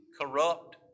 corrupt